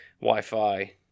Wi-Fi